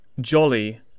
jolly